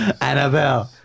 Annabelle